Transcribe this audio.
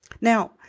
Now